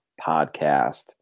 podcast